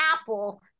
apple